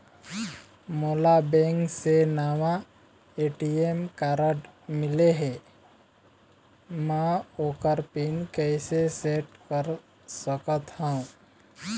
मोला बैंक से नावा ए.टी.एम कारड मिले हे, म ओकर पिन कैसे सेट कर सकत हव?